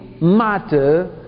matter